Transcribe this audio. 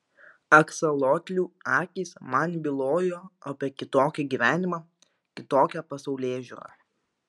aksolotlių akys man bylojo apie kitokį gyvenimą kitokią pasaulėžiūrą